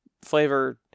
flavor